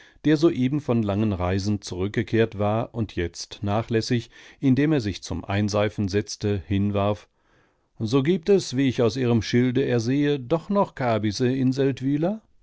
der soeben von langen reisen zurückgekehrt war und jetzt nachlässig indem er sich zum einseifen setzte hinwarf so gibt es wie ich aus ihrem schilde ersehe doch noch kabysse in